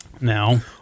Now